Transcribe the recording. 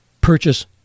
purchase